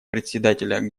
председателя